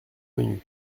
menu